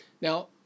now